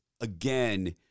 again